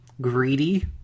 greedy